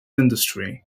industry